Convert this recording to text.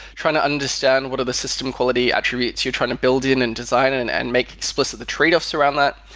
trying to understand what are the system quality attribute to trying to build in and design and and and make explicit the trade-offs around the,